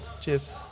Cheers